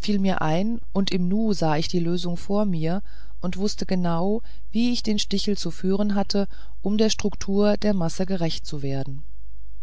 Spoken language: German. fiel mir ein und im nu sah ich die lösung vor mir und wußte genau wie ich den stichel zu führen hatte um der struktur der masse gerecht zu werden